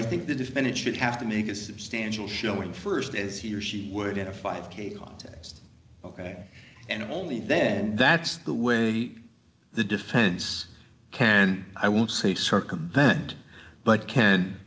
i think the defendant should have to make a substantial showing st as he or she would get a five k context ok and only then that's the way the defense can i will say circumvent but can